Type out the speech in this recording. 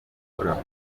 ukora